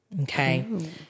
Okay